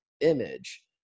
image